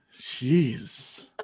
jeez